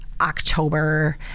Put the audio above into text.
October